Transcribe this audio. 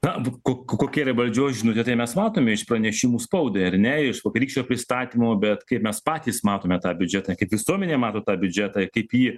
na ko kokia yra valdžios žinutė tai mes matome iš pranešimų spaudai ar ne iš vakarykščio pristatymo bet kaip mes patys matome tą biudžetą kaip visuomenė mato tą biudžetą ir kaip į